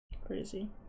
crazy